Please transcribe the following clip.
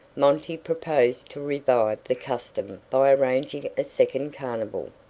monty proposed to revive the custom by arranging a second carnival.